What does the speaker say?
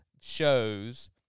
shows